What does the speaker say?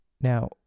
now